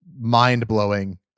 mind-blowing